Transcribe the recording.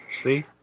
See